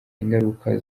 ingaruka